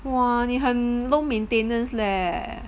!wah! 你很 low maintenance leh